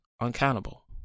uncountable